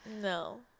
No